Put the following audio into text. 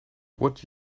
what